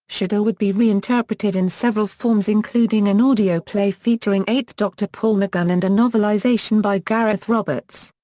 shada would be reinterpreted in several forms including an audio play featuring eighth doctor paul mcgann and a novelization by gareth roberts.